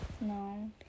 no